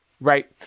Right